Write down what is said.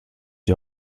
die